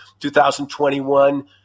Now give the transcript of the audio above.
2021